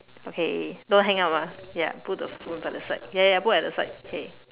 okay don't hang up ah ya put the phone by the side ya ya just put at the side K